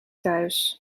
thuis